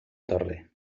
torre